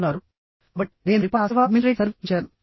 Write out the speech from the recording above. కాబట్టి నేను పరిపాలనా సేవ లో చేరతాను